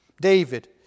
David